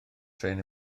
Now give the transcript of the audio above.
trên